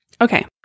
Okay